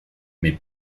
mais